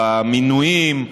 במינויים,